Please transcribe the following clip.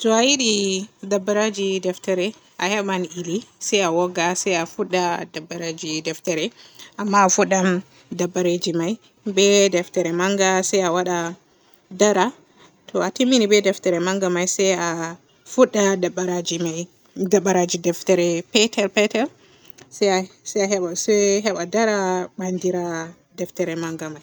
To a yiɗi dabaraji deftere a heban iri se a wogga se a fudda dabaraji deftere amma a fudday dabareji me be deftere manga se a waada dara se to a timmini be deftere manga me se a fudda dabaraji me daraji deftere petel petel se a haba se heba dara bandira deftere manga may.